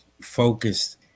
focused